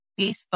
Facebook